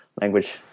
language